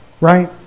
right